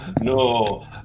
No